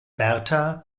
berta